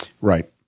Right